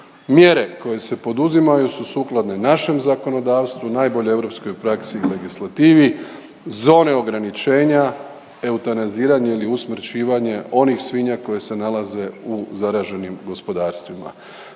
Mjere koje se poduzimaju su sukladne našem zakonodavstvu, najboljoj europskoj praksi i legislativi, zone ograničenja, eutanaziranje ili usmrćivanje onih svinja koje se nalaze u zaraženim gospodarstvima.